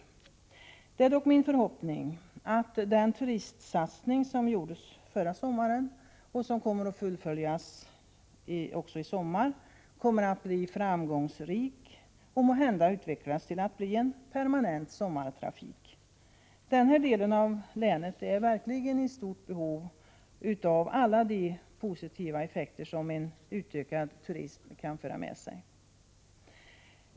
Det är dock min förhoppning att den turistsatsning som gjordes förra sommaren och som kommer att fullföljas också i sommar kommer att bli framgångsrik och måhända utvecklas till att bli en permanent sommartrafik. Denna del av länet är verkligen i stort behov av alla de positiva effekter som en utökad turism kan föra med sig.